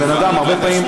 הבן אדם הרבה פעמים,